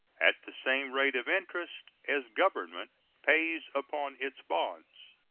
at the same rate of interest as government pays upon its bonds.